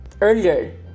earlier